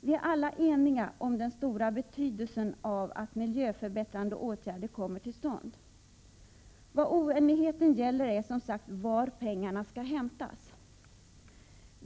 Vi är eniga om den stora betydelsen av att miljöförbättrande åtgärder kommer till stånd. Vad oenigheten gäller är som sagt var pengarna skall hämtas.